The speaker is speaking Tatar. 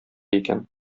икән